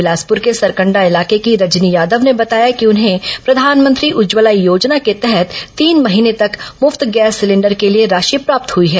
बिलासपुर के सरकंडा इलाके की रजनी यादव ने बताया कि उन्हें प्रधानमंत्री उज्जवला योजना के तहत तीन महीने तक मुफ्त गैस सिलेंडर के लिए राशि प्राप्त हुई है